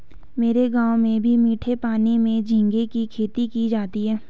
मेरे गांव में भी मीठे पानी में झींगे की खेती की जाती है